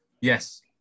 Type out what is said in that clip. Yes